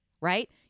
Right